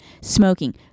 smoking